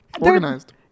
Organized